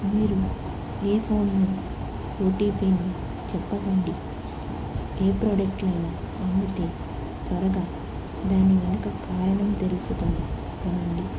మీరు ఏ ఫోన్లో ఓ టీ పీని చెప్పకండి ఏ ప్రోడక్ట్ నా అమితే త్వరగా దాని వెనక కారణం తెలుసుకోండి కానండి